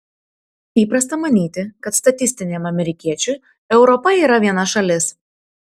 įprasta manyti kad statistiniam amerikiečiui europa yra viena šalis